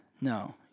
No